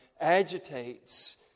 agitates